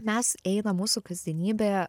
mes einam mūsų kasdienybė